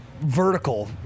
vertical